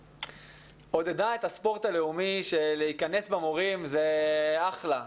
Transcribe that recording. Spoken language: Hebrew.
עודדה את הספורט הלאומי שלהיכנס במורים זה אחלה.